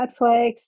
Netflix